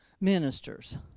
ministers